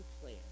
plan